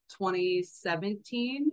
2017